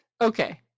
okay